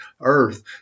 earth